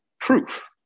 proof